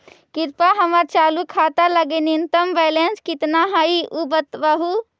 कृपया हमर चालू खाता लगी न्यूनतम बैलेंस कितना हई ऊ बतावहुं